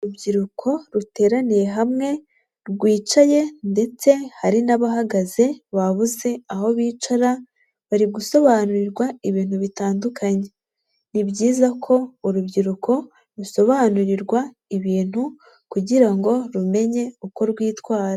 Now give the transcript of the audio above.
Urubyiruko ruteraniye hamwe, rwicaye ndetse hari n'abahagaze babuze aho bicara, bari gusobanurirwa ibintu bitandukanye. Ni byiza ko urubyiruko rusobanurirwa ibintu kugira ngo rumenye uko rwitwara.